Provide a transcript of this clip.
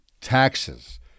taxes